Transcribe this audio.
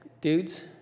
dudes